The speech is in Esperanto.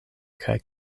kaj